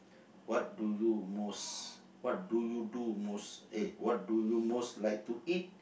what do you most what do you do most eh what do you most like to eat